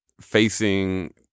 facing